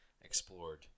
explored